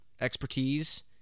expertise